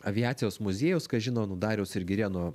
aviacijos muziejaus kas žino nu dariaus ir girėno